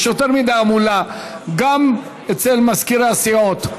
יש יותר מדי המולה גם אצל מזכירי הסיעות.